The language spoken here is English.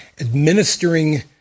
administering